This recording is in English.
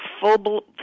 full